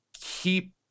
keep